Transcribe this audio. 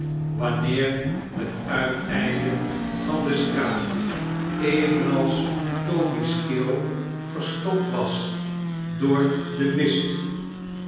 wanineer het uitednde van de straat evenals toby's keel verstopt was door den mist